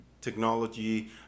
technology